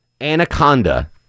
anaconda